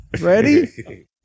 ready